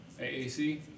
AAC